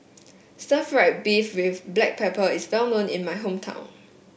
Stir Fried Beef with Black Pepper is well known in my hometown